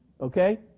okay